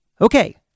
Okay